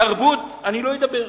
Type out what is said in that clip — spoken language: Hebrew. תרבות, אני לא אדבר,